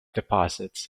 deposits